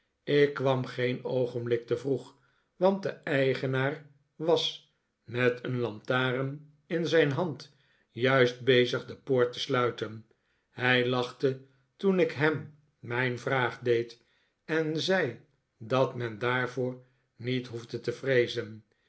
ik kwam geen oogenblik te vroeg want de eigenaar was met een lantaarn in zijn hand juist bezig de poort te sluiten hij lachte toen ik hem mijn vraag deed en zei dat men daarvoor niet hoefde te vreezen